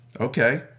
Okay